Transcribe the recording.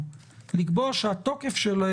פעילות תרבות וחוגים זה רק למשפחות שידן